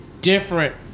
different